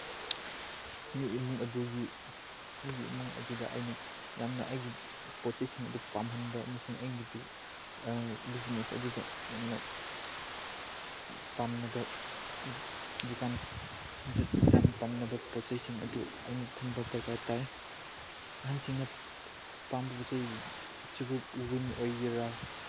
ꯃꯤ ꯏꯃꯨꯡ ꯑꯗꯨꯒꯤ ꯃꯤ ꯏꯃꯨꯡ ꯑꯗꯨꯗ ꯑꯩꯅ ꯌꯥꯝꯅ ꯑꯩꯒꯤ ꯄꯣꯠ ꯆꯩꯁꯤꯡ ꯑꯗꯨ ꯄꯥꯝꯍꯟꯕ ꯑꯃꯁꯨꯡ ꯑꯩꯒꯤꯗꯨ ꯕꯤꯖꯤꯅꯦꯁ ꯑꯗꯨꯗ ꯌꯥꯝꯅ ꯄꯥꯝꯅꯕ ꯗꯨꯀꯥꯟ ꯌꯥꯝ ꯄꯥꯝꯅꯕ ꯄꯣꯠ ꯆꯩꯁꯤꯡ ꯑꯗꯨ ꯑꯩꯅ ꯊꯝꯕ ꯗꯔꯀꯥꯔ ꯇꯥꯏ ꯑꯍꯟꯁꯤꯡꯅ ꯄꯥꯝꯕ ꯄꯣꯠ ꯆꯩ ꯆꯨꯔꯨꯞ ꯋꯤꯟ ꯑꯣꯏꯒꯦꯔꯥ